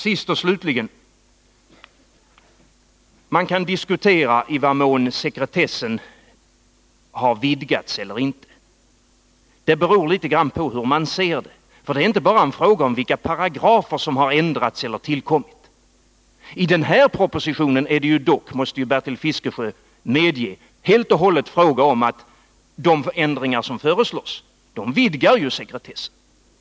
Sist och slutligen: Man kan diskutera i vad mån sekretessen har vidgats eller inte. Det beror litet på hur man ser det, för det är inte bara en fråga om vissa paragrafer som har ändrats eller tillkommit. De ändringar som föreslås i propositionen — det måste Bertil Fiskesjö medge — vidgar sekretessen.